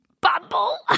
Bumble